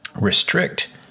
restrict